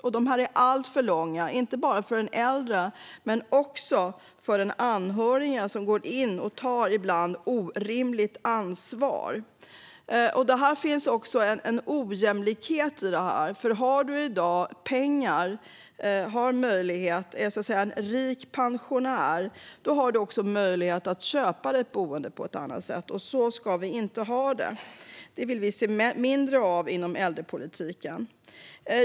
Väntetiderna är alltför långa, inte bara för den äldre utan också för den anhöriga som ibland går in och tar ett orimligt ansvar. Det finns också en ojämlikhet i detta. Har du pengar och är en rik pensionär har du möjlighet att köpa dig ett boende på ett annat sätt. Så ska vi inte ha det. Vi vill se mindre av detta inom äldrepolitiken.